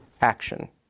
action